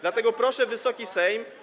Dlatego proszę Wysoki Sejm.